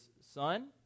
son